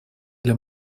для